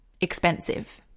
expensive